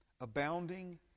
abounding